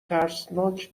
ترسناک